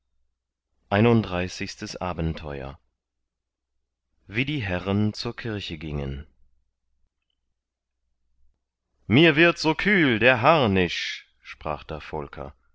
einunddreißigstes abenteuer wie die herren zur kirche gingen mir wird so kühl der harnisch sprach da volker